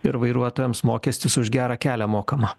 ir vairuotojams mokestis už gerą kelią mokama